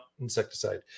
Insecticide